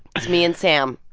it's me and sam.